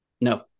No